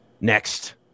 Next